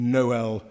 Noel